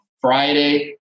Friday